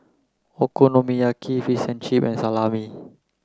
Okonomiyaki Fish and Chip and Salami